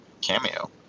cameo